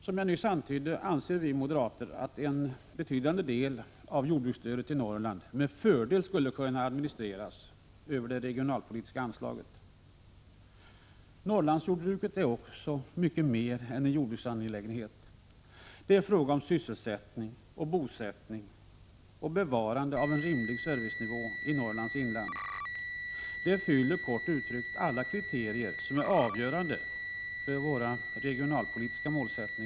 Som jag nyss antydde anser vi moderater att en betydande del av jordbruksstödet till Norrland med fördel skulle kunna administreras över det regionalpolitiska anslaget. Norrlandsjordbruket är också mycket mer än en jordbruksangelägenhet. Det är en fråga om sysselsättning och bosättning och bevarande av en rimlig servicenivå i Norrlands inland. Det fyller, kort uttryckt, alla kriterier som är avgörande för våra regionalpolitiska målsätt Prot.